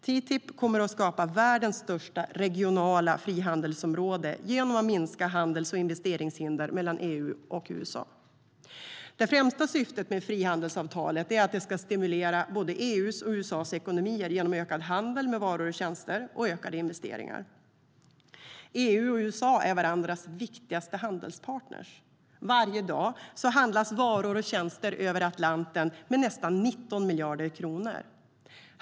TTIP kommer att skapa världens största regionala frihandelsområde genom att minska handels och investeringshinder mellan EU och USA.Det främsta syftet med frihandelsavtalet är att det ska stimulera både EU:s och USA:s ekonomier genom ökad handel med varor och tjänster och ökade investeringar. EU och USA är varandras viktigaste handelspartner. Varje dag handlas varor och tjänster över Atlanten för nästan 19 miljarder kronor.